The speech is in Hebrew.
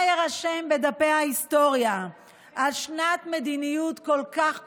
מה יירשם בדפי ההיסטוריה על שנת מדיניות כל כך כושלת?